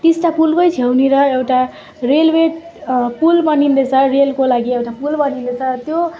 टिस्टा पुलकै छेउनेर एउटा रेलवे पुल बनिँदैछ रेलवेको लागि एउटा पुल बनिँदैछ त्यो त्यो